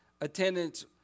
attendance